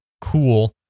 cool